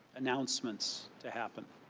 announcements to happen